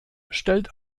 stellt